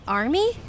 army